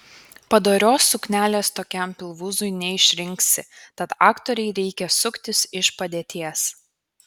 padorios suknelės tokiam pilvūzui neišrinksi tad aktorei reikia suktis iš padėties